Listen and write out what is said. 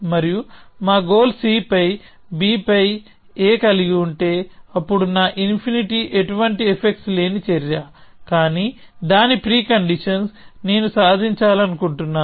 మరియు మా goal C పై B పై A కలిగి ఉంటే అప్పుడు నా ఇన్ఫినిటీ ఎటువంటి ఎఫెక్ట్స్ లేని చర్య కానీ దాని ప్రీ కండీషన్స్ నేను సాధించాలను కుంటున్నాను